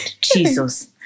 Jesus